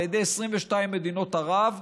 על ידי 22 מדינות ערב,